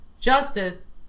justice